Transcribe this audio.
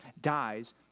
dies